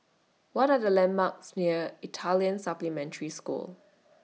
What Are The landmarks near Italian Supplementary School